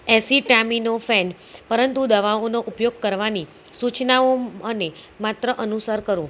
એસી ટામિનો fan પરંતુ દવાઓનો ઉપયોગ કરવાની સૂચનાઓ અને માત્રા અનુસાર કરો